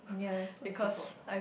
ya it's so difficult